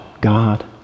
God